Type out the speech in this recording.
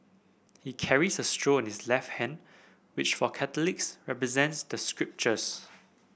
he carries a scroll in his left hand which for Catholics represents the scriptures